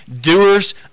doers